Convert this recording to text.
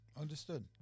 Understood